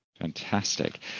Fantastic